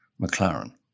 McLaren